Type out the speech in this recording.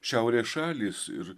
šiaurės šalys ir